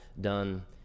done